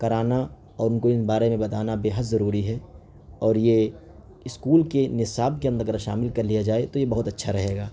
کرانا اور ان کو ان بارے میں بتانا بے حد ضروری ہے اور یہ اسکول کے نصاب کے اندر اگر شامل کر لیا جائے تو یہ بہت اچھا رہے گا